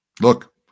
Look